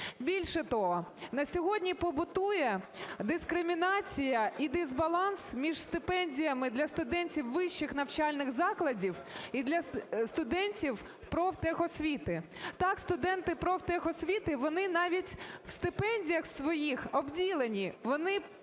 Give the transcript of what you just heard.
Більше того, на сьогодні побутує дискримінація і дисбаланс між стипендіями для студентів вищих навчальних закладів і для студентів профтехосвіти. Так, студенти профтехосвіти, вони навіть в стипендіях своїх обділені, вони